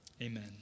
Amen